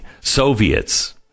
Soviets